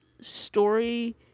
story